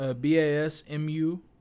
B-A-S-M-U